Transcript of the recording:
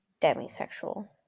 demisexual